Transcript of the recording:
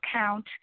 account